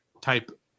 type